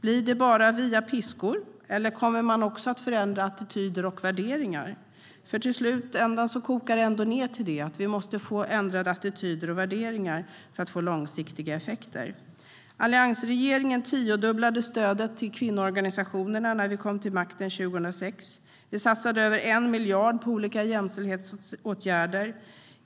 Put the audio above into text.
Blir det bara via piskor, eller kommer man också att förändra attityder och värderingar? I slutändan kokar det ned till det: Vi måste förändra attityder och värderingar för att få långsiktiga effekter. Alliansregeringen tiodubblade stödet till kvinnoorganisationerna när vi kom till makten 2006. Vi satsade över 1 miljard på olika jämställdhetsåtgärder.